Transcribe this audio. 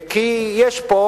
כי יש פה,